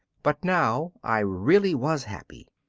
but now i really was happy,